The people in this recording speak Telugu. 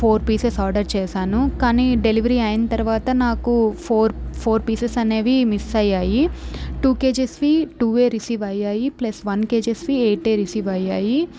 ఫోర్ పీసెస్ ఆర్డర్ చేశాను కానీ డెలివరీ అయిన తర్వాత నాకు ఫోర్ ఫోర్ పీసెస్ అనేవి మిస్ అయ్యాయి టూ కేజెస్ వి టూ యే రిసీవ్ అయ్యాయి plus one KGs we eight యే రిసీవ్ అయ్యాయి